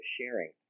sharing